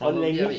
probably ah babe